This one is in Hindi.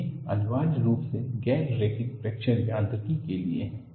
ये अनिवार्य रूप से गैर रेखीय फ्रैक्चर यांत्रिकी के लिए हैं